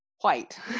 white